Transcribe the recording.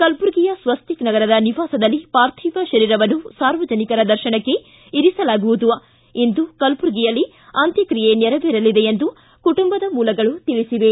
ಕಲಬುರ್ಗಿಯ ಸ್ವಸ್ತಿಕ್ ನಗರದ ನಿವಾಸದಲ್ಲಿ ಪಾರ್ಥಿವ ಶರೀರದವನ್ನು ಸಾರ್ವಜನಿಕರ ದರ್ಶನಕ್ಕೆ ಇರಿಸಲಾಗುವುದು ಇಂದು ಕಲಬುರ್ಗಿಯಲ್ಲಿ ಅಂತ್ರಕ್ರಿಯೆ ನೆರವೇರಲಿದೆ ಎಂದು ಕುಟುಂಬದ ಮೂಲಗಳು ತಿಳಿಸಿವೆ